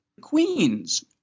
queens